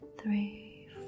three